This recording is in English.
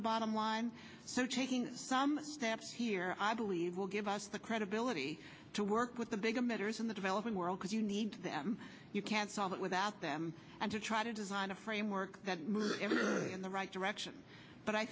the bottom line so taking some steps here i believe will give us the credibility to work with the big emitters in the developing world could you need them you can't solve it without them and to try to design a framework that in the right direction but i